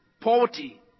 poverty